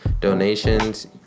donations